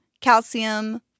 calcium